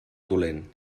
dolent